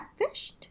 catfished